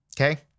okay